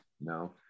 no